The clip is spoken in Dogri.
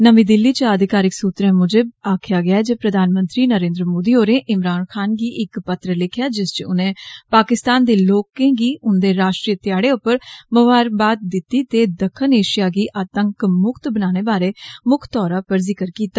नमीं दिल्ली च अधिकारिक सूत्रे मुजब प्रधानमंत्री नरेन्द्र मोदी होरें ईमरान ख़ान गी इक पत्र लिखेआ जिस च उनें पाकिस्तान दे लोकें गी उन्दे राश्ट्रीय ध्याढ़े उप्पर मुबारखबाद दिती ते दक्खन एषिया गी आतंक मुक्त बनाने बारै मुक्ख तौरा पर जिक्र कीता